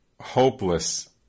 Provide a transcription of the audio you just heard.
hopeless